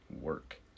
work